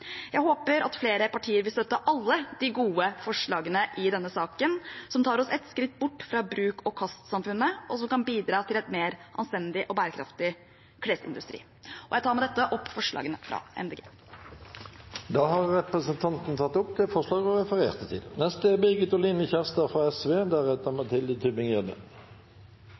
Jeg håper at flere partier vil støtte alle de gode forslagene i denne saken, som tar oss et skritt bort fra bruk-og-kast-samfunnet, og som kan bidra til en mer anstendig og bærekraftig klesindustri. Jeg tar med dette opp forslagene fra Miljøpartiet De Grønne. Da har representanten Lan Marie Nguyen Berg tatt opp de forslagene hun refererte til.